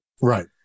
right